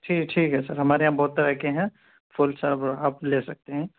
ٹھیک ٹھیک ہے سر ہمارے یہاں بہت طرح کے ہیں پھول سب آپ لے سکتے ہیں